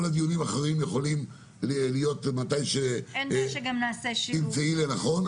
כל הדיונים האחרים יכולים להיות מתי שתמצאי לנכון.